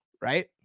right